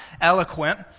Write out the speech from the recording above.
eloquent